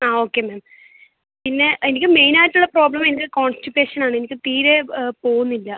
ആ okay ma'am പിന്നെ എനിക്ക് മെയിൻ ആയിട്ടുള്ള പ്രോബ്ലം എൻ്റെ കോൺസ്റ്റിപേഷൻ ആണ് എനിക്ക് തീരെ പോവുന്നില്ല